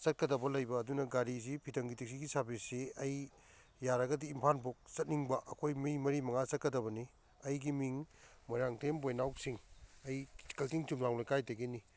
ꯆꯠꯀꯗꯕ ꯂꯩꯕ ꯑꯗꯨꯅ ꯒꯥꯔꯤꯁꯤ ꯐꯤꯗꯪꯒꯤ ꯇꯦꯛꯁꯤꯒꯤ ꯁꯥꯔꯕꯤꯁꯁꯤ ꯑꯩ ꯌꯥꯔꯒꯗꯤ ꯏꯝꯐꯥꯜ ꯐꯥꯎ ꯆꯠꯅꯤꯡꯕ ꯑꯩꯈꯣꯏ ꯃꯤ ꯃꯔꯤ ꯃꯉꯥ ꯆꯠꯀꯗꯕꯅꯤ ꯑꯩꯒꯤ ꯃꯤꯡ ꯃꯣꯏꯔꯥꯡꯊꯦꯝ ꯕꯣꯏꯅꯥꯎ ꯁꯤꯡ ꯑꯩ ꯀꯛꯆꯤꯡ ꯆꯨꯝꯂꯥꯝ ꯂꯩꯀꯥꯏꯗꯒꯤꯅꯤ